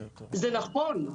זה נכון,